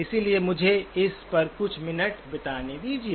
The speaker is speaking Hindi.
इसलिए मुझे इस पर कुछ मिनट बिताने दीजिए